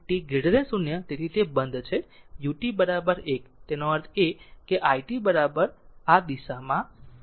જ્યારે t 0 તેથી તે બંધ છે ut 1તેથી તેનો અર્થ એ છે કે i t આ દિશામાં છે